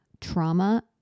trauma